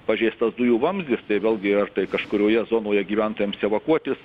pažeistas dujų vamzdis tai vėlgi ar tai kažkurioje zonoje gyventojams evakuotis